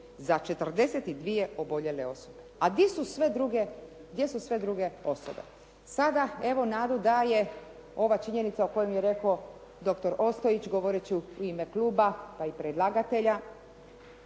za 42 oboljele osobe. A gdje su sve druge osobe? Sada evo nadu daje ova činjenica koju mi je rekao doktor Ostojić govoreći u ime kluba pa i predlagatelja,